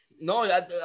No